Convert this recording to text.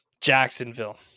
Jacksonville